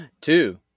Two